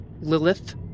Lilith